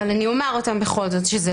אבל אני אומר בכל זאת שיש לנו כאן הזדמנות שזה,